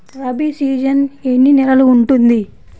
Rabi season ఎన్ని నెలలు ఉంటుంది?